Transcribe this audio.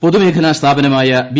പ്പൊതു്മേഖലാ സ്ഥാപനമായ ബി